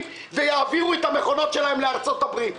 ויעבירו את המכונות שלהם לארצות הברית.